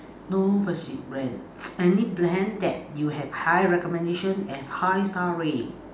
no but she ran any brand that you have high recommendation and high star rating